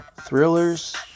thrillers